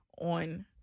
on